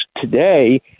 today